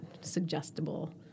suggestible